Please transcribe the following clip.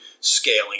scaling